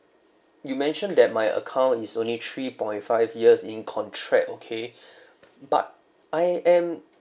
you mentioned that my account is only three point five years in contract okay but I am